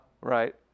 Right